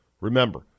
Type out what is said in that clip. Remember